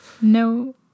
No